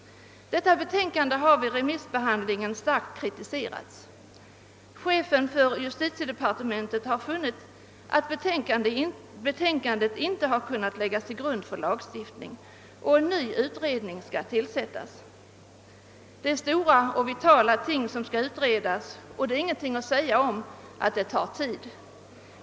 Detta betänkande har vid remissbehandlingen starkt kritiserats. Chefen för justitiedepartementet har funnit, att betänkandet inte kunde läggas till grund för lagstiftning och att en ny utredning måste tillsättas. Det är stora och vitala ting som skall utredas, och det finns därför ingenting att säga om att det tar tid.